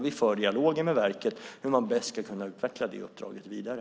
Vi för dialoger med verket om hur man bäst ska kunna utveckla uppdraget vidare.